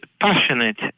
passionate